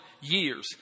years